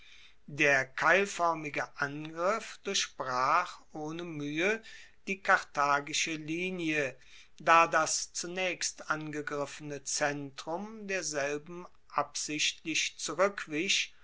der keilfoermige angriff durchbrach ohne muehe die karthagische linie da das zunaechst angegriffene zentrum derselben absichtlich zurueckwich